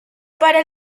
para